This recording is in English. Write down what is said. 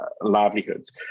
livelihoods